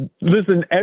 Listen